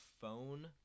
phone